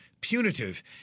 punitive